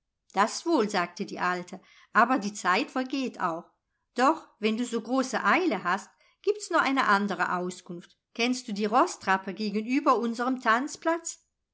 das wohl sagte die alte aber die zeit vergeht auch doch wenn du so große eile hast gibt's noch eine andere auskunft kennst du die roßtrappe gegenüber unserem